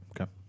Okay